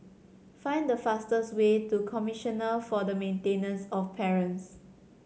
find the fastest way to Commissioner for the Maintenance of Parents